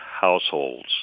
households